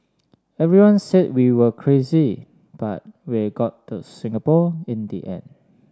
everyone said we were crazy but we got to Singapore in the end